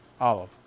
olive